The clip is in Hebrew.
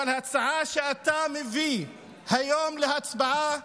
אבל ההצעה שאתה מביא היום להצבעה,